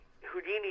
Houdini